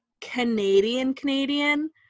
Canadian-Canadian